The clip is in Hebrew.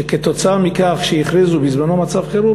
שכתוצאה מכך שהכריזו בזמנו מצב חירום,